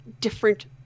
different